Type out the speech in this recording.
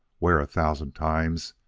where, a thousand times,